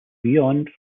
beyond